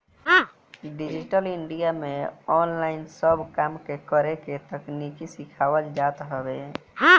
digital India में online सब काम के करेके तकनीकी सिखावल जात हवे